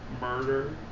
murder